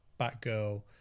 Batgirl